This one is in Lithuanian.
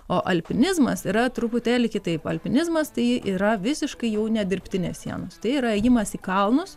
o alpinizmas yra truputėlį kitaip alpinizmas tai yra visiškai jau ne dirbtinės sienos tai yra ėjimas į kalnus